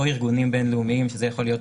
או ארגונים בין-לאומיים שזה יכול להיות,